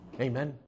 Amen